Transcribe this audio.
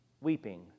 weeping